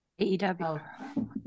aew